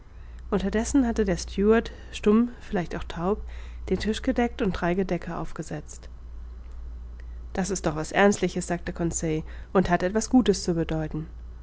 unterdessen hatte der steward stumm vielleicht auch taub den tisch gedeckt und drei gedecke aufgesetzt das ist doch was ernstliches sagte conseil und hat etwas gutes zu bedeuten